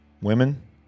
women